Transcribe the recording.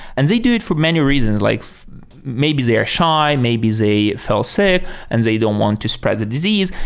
and they do it for many reasons. like maybe they're shy. maybe they felt sick and they don't want to spread the disease.